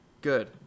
Good